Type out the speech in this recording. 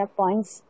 points